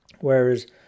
whereas